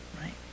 right